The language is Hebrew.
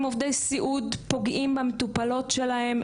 אם עובדי סיעוד פוגעים במטופלות שלהם,